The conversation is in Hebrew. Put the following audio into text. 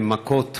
מכות